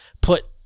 put